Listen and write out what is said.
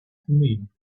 thummim